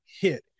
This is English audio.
hit